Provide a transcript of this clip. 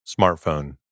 smartphone